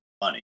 money